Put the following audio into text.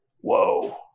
Whoa